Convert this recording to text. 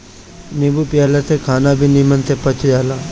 नींबू पियला से खाना भी निमन से पच जाला